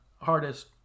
hardest